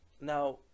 now